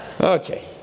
Okay